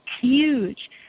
huge